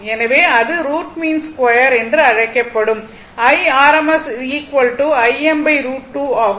எனவே அது root mean square என்று அழைக்கப்படும் IRMS Im √2 ஆகும்